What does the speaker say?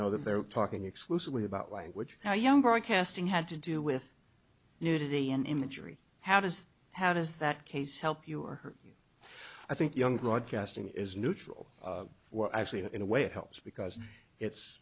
know that they're talking exclusively about language how young broadcasting had to do with nudity in imagery how does how does that case help you or hurt you i think young grog asking is neutral well actually in a way it helps because it's